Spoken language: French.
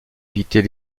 éviter